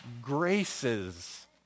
graces